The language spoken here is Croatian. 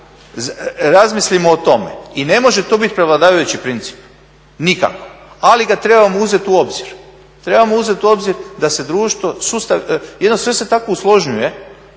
razmilimo o tome. I ne može to biti prevladavajući princip nikako, ali ga trebamo uzeti u obzir, trebamo uzet u obzir da se društvo, …/Govornik se ne